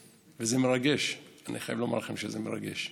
וזה מרגש, אני חייב לומר לכם שזה מרגש.